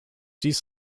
dies